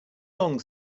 long